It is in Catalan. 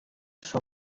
son